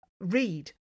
read